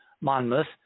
Monmouth